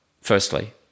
firstly